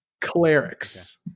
Clerics